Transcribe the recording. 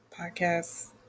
podcast